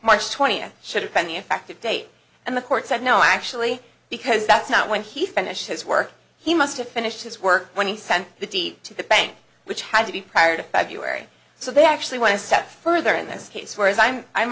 march twentieth should have been the effective date and the court said no actually because that's not when he's finished his work he must have finished his work when he sent the deed to the bank which had to be prior to february so they actually want to step further in this case whereas i'm i'm